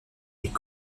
est